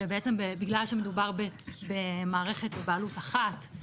שבעצם בגלל שמדובר במערכת בבעלות אחת,